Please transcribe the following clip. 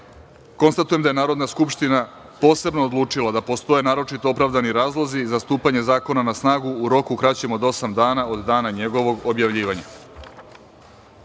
jedan. Konstatujem da je Narodna skupština posebno odlučila da postoje naročito opravdani razlozi za stupanje zakona na snagu u roku kraćem od osam dana od dana njegovog objavljivanja. Pristupamo